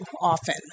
often